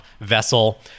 vessel